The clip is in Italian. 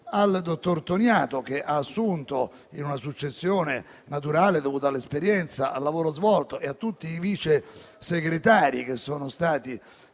al dottor Toniato, che ha assunto l'incarico in una successione naturale dovuta all'esperienza e al lavoro svolto, e a tutti i Vice Segretari che sono stati